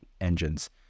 engines